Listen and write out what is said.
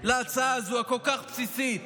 להצעה הזו, הכל-כך בסיסית,